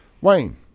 Wayne